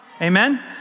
Amen